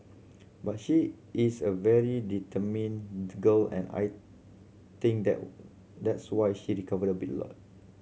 but she is a very determined girl and I think that that's why she recovered be lot